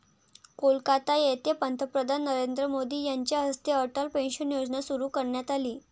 कोलकाता येथे पंतप्रधान नरेंद्र मोदी यांच्या हस्ते अटल पेन्शन योजना सुरू करण्यात आली